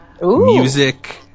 music